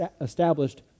established